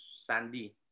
Sandy